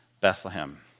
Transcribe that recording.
Bethlehem